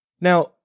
Now